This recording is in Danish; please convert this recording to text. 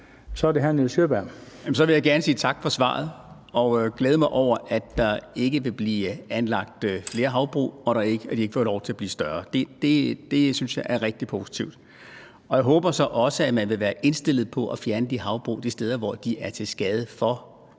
Sjøberg. Kl. 16:14 Nils Sjøberg (RV): Så vil jeg gerne sige tak for svaret og glæde mig over, at der ikke vil blive anlagt flere havbrug, og at de ikke får lov til at blive større. Det synes jeg er rigtig positivt. Jeg håber så også, at man vil være indstillet på at fjerne havbrugene de steder, hvor de er til skade for